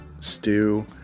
stew